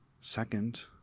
Second